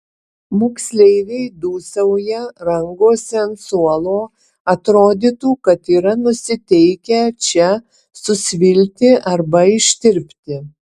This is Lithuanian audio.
moksleiviai dūsauja rangosi ant suolo atrodytų kad yra nusiteikę čia susvilti arba ištirpti